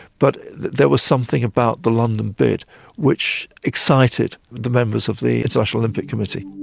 but there was something about the london bid which excited the members of the international olympic committee.